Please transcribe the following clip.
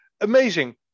amazing